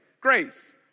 Grace